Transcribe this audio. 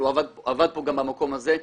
אבל הוא עבד פה גם במקום הזה,